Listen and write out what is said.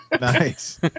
Nice